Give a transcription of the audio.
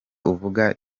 uvuga